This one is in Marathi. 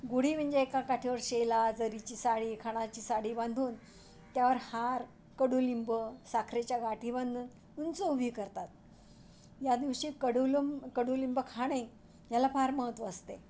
गुढी म्हणजे एका काठीवर शेला जरीची साडी खणाची साडी बांधून त्यावर हार कडुलिंब साखरेच्या गाठी बांधून उंच उभी करतात या दिवशी कडुलंब कडुलिंब खाणे ह्याला फार महत्त्व असते